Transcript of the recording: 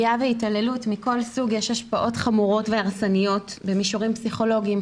והתעללות מכל סוג יש השפעות חמורות והרסניות במישורים פסיכולוגיים,